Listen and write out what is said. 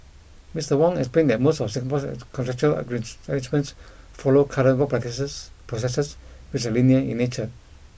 Mister Wong explained that most of Singapore's contractual and rich arrangements follow current work processes processes which are linear in nature